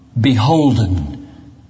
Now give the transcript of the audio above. beholden